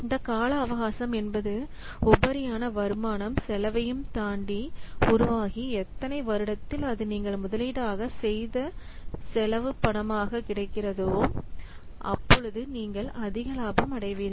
இந்த கால அவகாசம் என்பது உபரியான வருமானம் செலவையும் தாண்டி உருவாகி எத்தனை வருடத்தில் அது நீங்கள் முதலீடாக செலவு செய்த பணமாக கிடைக்கிறதோ அப்பொழுது நீங்கள் அதிக லாபம் அடைவீர்கள்